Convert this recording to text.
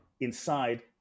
inside